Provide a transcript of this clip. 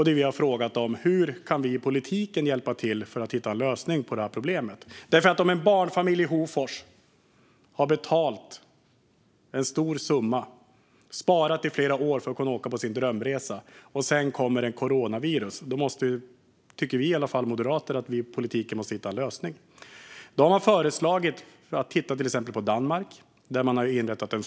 Det vi har frågat om är hur vi i politiken kan hjälpa till för att hitta en lösning på problemet. Om en barnfamilj i Hofors har betalat en stor summa och sparat i flera år för att kunna åka på sin drömresa och det sedan kommer ett coronavirus måste politiken hitta en lösning. Det tycker i alla fall vi moderater. Man har föreslagit att vi ska titta på exempelvis Danmark, där en fond har inrättats.